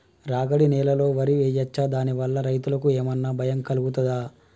రాగడి నేలలో వరి వేయచ్చా దాని వల్ల రైతులకు ఏమన్నా భయం కలుగుతదా?